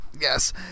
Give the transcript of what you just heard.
Yes